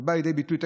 זה בא לידי ביטוי,